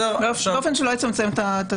באופן שלא יצמצם.